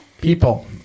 People